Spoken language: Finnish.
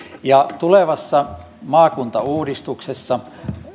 tulevassa maakuntauudistuksessa